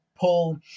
pull